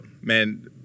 man